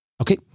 Okay